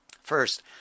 First